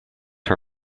her